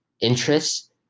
interest